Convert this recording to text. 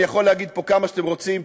אני יכול להגיד פה כמה שאתם רוצים,